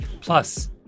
Plus